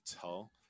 tell